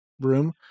room